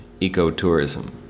ecotourism